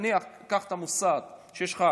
נניח, קח את המוסד שבו יש לך